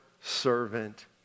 servant